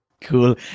Cool